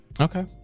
Okay